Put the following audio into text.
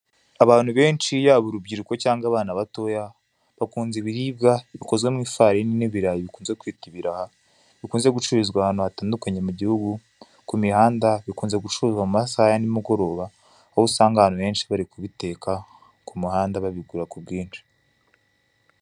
Abantu benshi yaba urubyiruko cyangwa abana batoya bakunze ibiribwa bikoze mu ifarini n'ibirayi bukunze kitwa ibiraha, bikunzwe gucururiza ahantu hatandukanye mu gihugu, ku mihanda, bikunzwe gucuruzwa mu masaha ya nimugoroba aho usanga abantu benshi bari ku biteka ku mihanda babigura ku bwinshi.